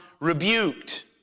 rebuked